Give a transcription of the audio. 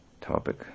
topic